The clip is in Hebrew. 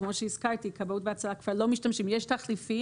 שכמו שהזכרתי כבאות והצלה כבר לא משתמשים יש תחליפים.